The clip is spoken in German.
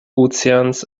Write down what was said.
ozeans